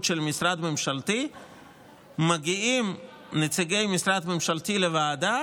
של משרד ממשלתי מגיעים נציגי משרד ממשלתי לוועדה